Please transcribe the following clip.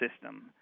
system